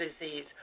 disease